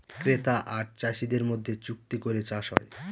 ক্রেতা আর চাষীদের মধ্যে চুক্তি করে চাষ হয়